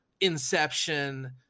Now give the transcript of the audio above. inception